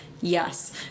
yes